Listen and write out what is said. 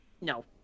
no